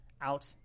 out